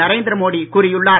நரேந்திர மோடி கூறியுள்ளார்